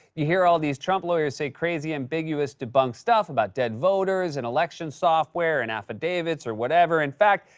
you hear all these trump lawyers say crazy, ambiguous, debunked stuff about dead voters and election software and affidavits or whatever. in fact,